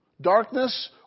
Darkness